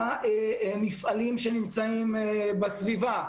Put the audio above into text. למפעלים שנמצאים בסביבה,